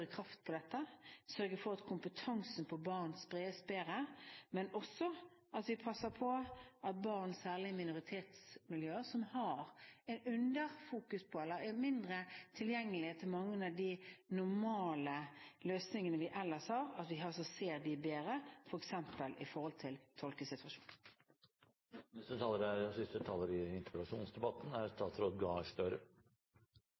kraft på dette: å sørge for at kompetansen på barn spres bedre, men også at vi passer på at vi ser barn, særlig i minoritetsmiljøer, som det er et underfokus på, eller som har mindre tilgjengelighet til mange av de normale løsningene vi ellers har, bedre, f.eks. når det gjelder tolkesituasjoner. Igjen takk til interpellanten, og takk for en god debatt. Innledningsvis har jeg lyst til, når vi